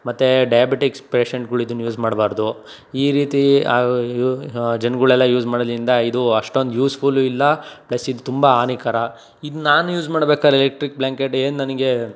ಮತ್ತು ಡಯಾಬಿಟಿಕ್ಸ್ ಪೇಷಂಟ್ಗಳು ಇದನ್ನು ಯೂಸ್ ಮಾಡಬಾರ್ದು ಈ ರೀತಿ ಜನ್ಗಳು ಎಲ್ಲ ಯೂಸ್ ಮಾಡೋದ್ರಿಂದ ಇದು ಅಷ್ಟೊಂದು ಯೂಸ್ಫುಲ್ಲು ಇಲ್ಲ ಪ್ಲಸ್ ಇದು ತುಂಬ ಹಾನಿಕರ ಇದು ನಾನು ಯೂಸ್ ಮಾಡ್ಬೇಕಾದ್ರೆ ಎಲೆಕ್ಟ್ರಿಕ್ ಬ್ಲ್ಯಾಂಕೆಟ್ ಏನು ನನಗೆ